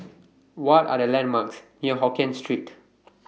What Are The landmarks near Hokien Street